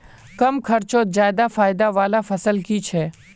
कम खर्चोत ज्यादा फायदा वाला फसल की छे?